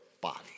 body